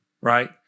right